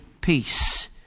peace